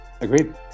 Agreed